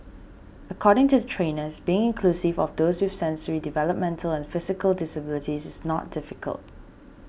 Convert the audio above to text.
according to the trainers being inclusive of those with sensory developmental and physical disabilities is not difficult